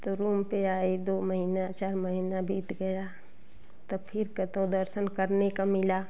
तो रूम पर आई दो महीना चार महीना बीत गया तब फिर कतो दर्शन करने का मिला